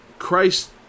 Christ